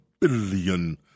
billion